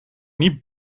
niet